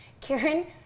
Karen